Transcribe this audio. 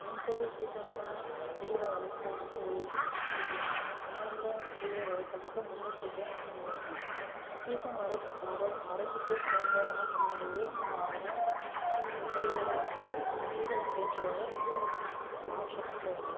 winter சீசன்ல செடிகளை வளர்க்கிறதுக்கு உரிய முறையையும் சம்மர்ல செடிகளை வளர்க்கிதற்கு முன்னெச்சரிக்கையும் நம்ம சீசன் வரத்துக்கு வர வரத்துக்கு கொஞ்ச நாள் முன்னாடியே நம்ம அதனை இந்த செடிகளையும் வந்துட்டு அந்த சீசனுக்கு ஏற்றவாறு நம் மாற்றி அமைக்க வேண்டும்